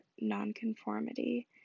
nonconformity